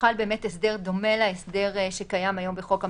הוחל הסדר דומה להסדר שקיים היום בחוק המרשם,